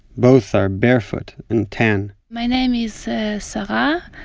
both are barefoot and tan my name is sarah, so ah